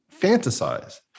fantasize